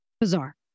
bizarre